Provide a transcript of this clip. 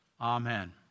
Amen